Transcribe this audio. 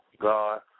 God